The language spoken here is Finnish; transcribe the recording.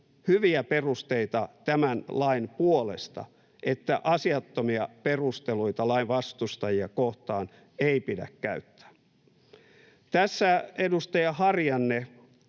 hyviä perusteita tämän lain puolesta, että asiattomia perusteluita lain vastustajia kohtaan ei pidä käyttää. Tässä edustaja Harjanne